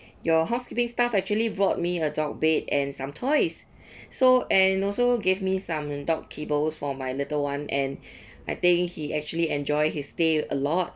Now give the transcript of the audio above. your housekeeping staff actually brought me a dog bed and some toys so and also gave me some dog kibbles for my little one and I think he actually enjoyed his stay a lot